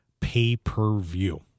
pay-per-view